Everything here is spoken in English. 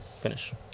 Finish